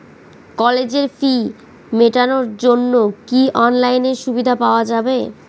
কলেজের ফি মেটানোর জন্য কি অনলাইনে সুবিধা পাওয়া যাবে?